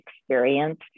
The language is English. experience